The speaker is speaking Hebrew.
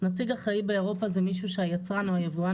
נציג אחראי באירופה זה מישהו שהיצרן או היבואן